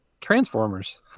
Transformers